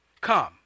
come